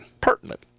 Pertinent